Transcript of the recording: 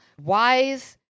wise